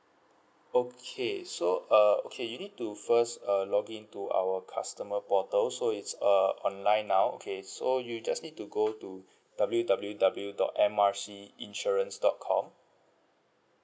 okay so uh okay you need to first uh login to our customer portal so it's uh online now okay so you just need to go to W W W dot M R C insurance dot com